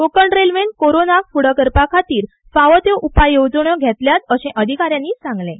कोंकण रेल्वेन कोरोनाक तोंड दिवपा खातीर फावो त्यो उपाय येवजण्यो घेतल्या अशें अधिकाऱ्यांनी सांगलें